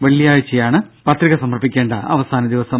വെള്ളിയാഴ്ചയാണ് പത്രിക സമർപ്പിക്കേണ്ട അവസാന ദിവസം